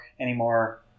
anymore